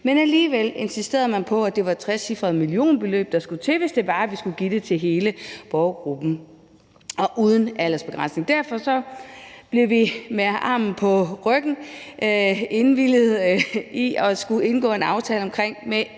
Men alligevel insisterede man på, at det var et trecifret millionbeløb, der skulle til, hvis vi skulle give det til hele borgergruppen uden aldersbegrænsning. Derfor indvilligede vi med armen på ryggen i at indgå en aftale om, at der